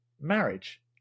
marriage